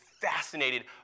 fascinated